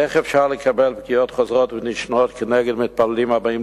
איך אפשר לקבל פגיעות חוזרות ונשנות כנגד מתפללים הבאים